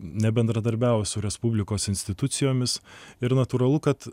nebendradarbiavo su respublikos institucijomis ir natūralu kad